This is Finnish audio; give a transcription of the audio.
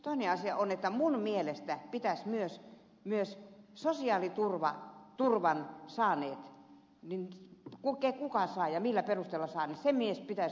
toinen asia on että minun mielestäni pitäisi myös sosiaaliturvan saaneet julkistaa kuka saa ja millä perusteella saa